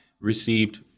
received